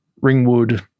Ringwood